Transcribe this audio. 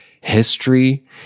history